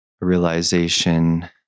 realization